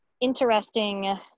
interesting